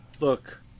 Look